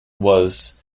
was